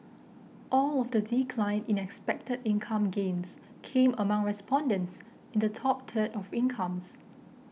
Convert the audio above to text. all of the decline in expected income gains came among respondents in the top third of incomes